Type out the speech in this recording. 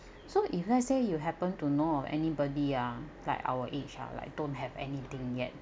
so if let's say you happen to know of anybody ah like our age lah like don't have anything yet